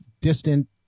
distant